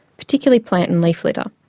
particularly plant and leaf litter.